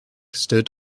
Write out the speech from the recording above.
stood